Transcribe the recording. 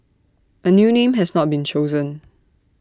A new name has not been chosen